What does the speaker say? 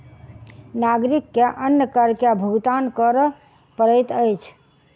नागरिक के अन्य कर के भुगतान कर पड़ैत अछि